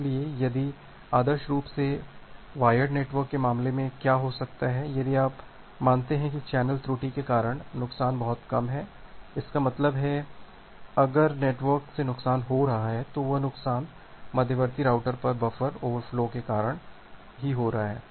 इसलिए आदर्श रूप से वायर्ड नेटवर्क के मामले में क्या हो सकता है यदि आप मानते हैं कि चैनल त्रुटि के कारण नुकसान बहुत कम है इसका मतलब है अगर नेटवर्क से नुकसान हो रहा है तो वह नुकसान मध्यवर्ती राउटर पर बफर ओवरफ्लो के कारण हो रहा है